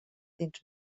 dins